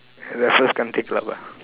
Raffles country club ah